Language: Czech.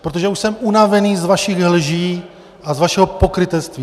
Protože už jsem unavený z vašich lží a z vašeho pokrytectví.